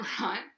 Right